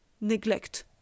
neglect